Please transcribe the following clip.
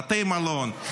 בתי מלון,